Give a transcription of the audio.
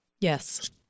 yes